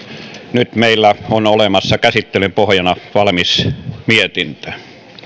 nyt meillä on olemassa käsittelyn pohjana valmis mietintö